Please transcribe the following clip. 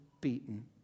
beaten